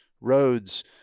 roads